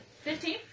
Fifteen